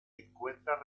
encuentra